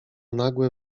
nagłe